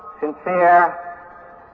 sincere